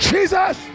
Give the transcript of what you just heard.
Jesus